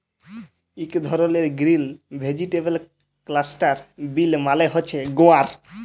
ইক ধরলের grill vegetable cluster বিল মালে হছে গুয়ার